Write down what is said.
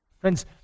Friends